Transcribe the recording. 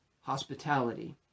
hospitality